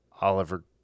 Oliver